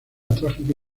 trágica